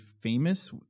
famous